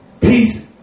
peace